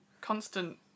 constant